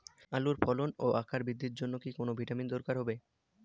আলুর ফলন ও আকার বৃদ্ধির জন্য কি কোনো ভিটামিন দরকার হবে?